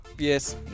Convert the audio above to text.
Yes